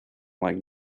like